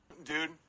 dude